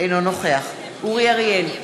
אינו נוכח אורי אריאל,